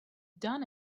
done